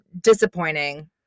disappointing